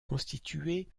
constitué